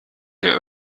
der